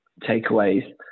takeaways